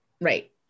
right